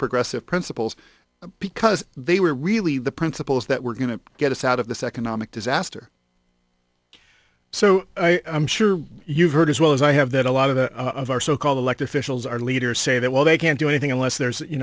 progressive principles because they were really the principles that were going to get us out of this economic disaster so i'm sure you've heard as well as i have that a lot of the of our so called elected officials our leaders say that well they can't do anything unless there's you